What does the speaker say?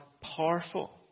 powerful